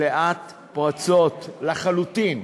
והיא מלאת פרצות, לחלוטין.